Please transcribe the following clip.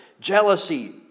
jealousy